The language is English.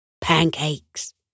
Pancakes